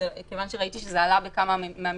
מכיוון שראיתי שזה עלה בכמה מהמסמכים,